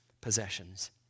possessions